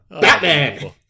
Batman